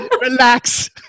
Relax